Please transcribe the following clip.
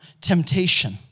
temptation